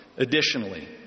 Additionally